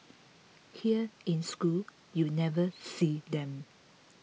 here in school you never see them